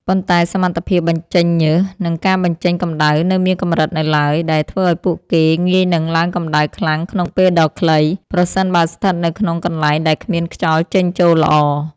ប៉ុន្តែសមត្ថភាពបញ្ចេញញើស និងការបញ្ចេញកម្ដៅនៅមានកម្រិតនៅឡើយ ដែលធ្វើឱ្យពួកគេងាយនឹងឡើងកម្ដៅខ្លាំងក្នុងពេលដ៏ខ្លី ប្រសិនបើស្ថិតនៅក្នុងកន្លែងដែលគ្មានខ្យល់ចេញចូលល្អ។